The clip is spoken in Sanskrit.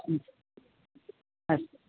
अस्तु